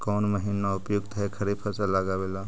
कौन महीना उपयुकत है खरिफ लगावे ला?